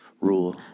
Rule